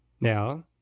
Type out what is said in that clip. Now